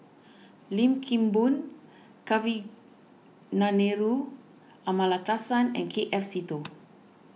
Lim Kim Boon Kavignareru Amallathasan and K F Seetoh